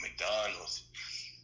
McDonald's